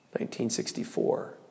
1964